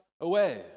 away